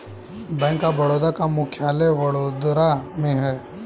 bank of Baroda का मुख्यालय वडोदरा में है